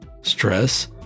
stress